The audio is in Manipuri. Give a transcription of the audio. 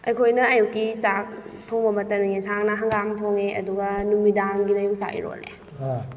ꯑꯩꯈꯣꯏꯅ ꯑꯌꯨꯛꯀꯤ ꯆꯥꯛ ꯊꯣꯡꯕ ꯃꯇꯝꯗ ꯌꯦꯟꯁꯥꯡꯅ ꯍꯪꯒꯥꯝ ꯊꯣꯡꯉꯦ ꯑꯗꯨꯒ ꯅꯨꯃꯤꯗꯥꯡꯒꯤꯅ ꯌꯣꯡꯆꯥꯛ ꯏꯔꯣꯜꯂꯦ